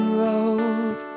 road